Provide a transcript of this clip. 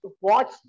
watch